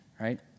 right